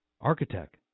architect